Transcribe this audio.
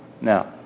Now